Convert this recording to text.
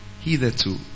hitherto